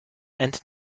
and